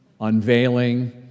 unveiling